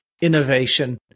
innovation